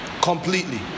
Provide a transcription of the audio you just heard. completely